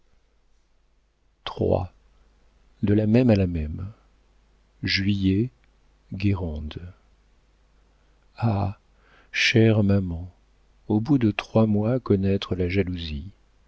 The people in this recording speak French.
de la même a la même juillet guérande ah chère maman au bout de trois mois connaître la jalousie